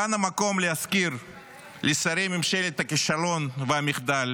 כאן המקום להזכיר לשרי ממשלת הכישלון והמחדל